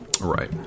Right